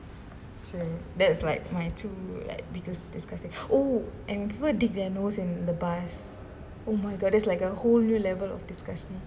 it's like that's like my two like because disgusting oh and people dig their nose in the bus oh my god it's like a whole new level of disgusting